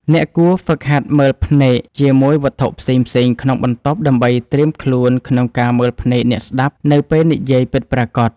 អ្នកគួរហ្វឹកហាត់មើលភ្នែក ជាមួយវត្ថុផ្សេងៗក្នុងបន្ទប់ ដើម្បីត្រៀមខ្លួនក្នុងការមើលភ្នែកអ្នកស្ដាប់នៅពេលនិយាយពិតប្រាកដ។